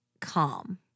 calm